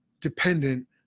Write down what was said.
dependent